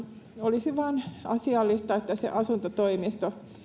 olisi vain asiallista että se asuntotoimisto